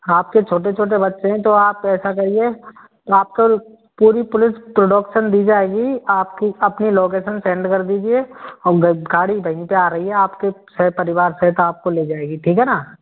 आपके छोटे छोटे बच्चे है तो आप ऐसा करिए आपको पूरी पुलिस प्रोटोकसन दी जाएगी आपकी अपनी लोकेसन सेंड कर दीजिए और गाड़ी वहीं पर आ रही है आपके सहपरिवार सहित आपको ले जाएगी ठीक है ना